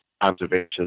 observations